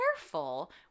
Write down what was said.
careful